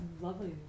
lovely